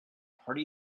hearty